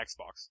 Xbox